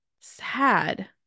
sad